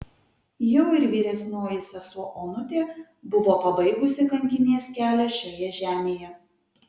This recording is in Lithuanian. jau ir vyresnioji sesuo onutė buvo pabaigusi kankinės kelią šioje žemėje